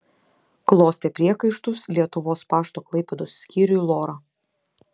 klostė priekaištus lietuvos pašto klaipėdos skyriui lora